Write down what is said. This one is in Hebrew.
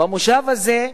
במושב הזה,